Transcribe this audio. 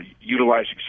utilizing